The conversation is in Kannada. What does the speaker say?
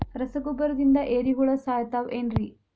ರಸಗೊಬ್ಬರದಿಂದ ಏರಿಹುಳ ಸಾಯತಾವ್ ಏನ್ರಿ?